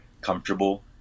comfortable